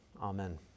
Amen